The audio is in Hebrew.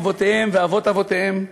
אבותיהם ואבות אבותיהם,